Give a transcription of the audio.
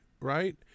right